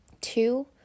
two